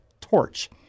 torch